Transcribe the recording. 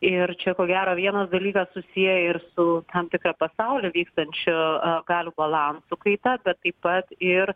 ir čia ko gero vienas dalykas susieja ir su tam tikra pasaulio vykstančio galių balanso kaita bet taip pat ir